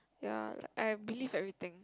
ya like I believe everything